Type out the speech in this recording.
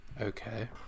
Okay